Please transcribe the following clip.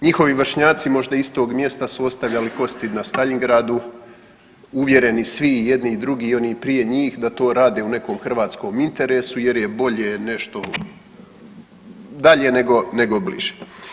Njihovi vršnjaci možda iz istog mjesta su ostavljali kosti na Staljingradu uvjereni svi i jedni i drugi i oni prije njih da to rade u nekom hrvatskom interesu jer je bolje nešto dalje nego nego bliže.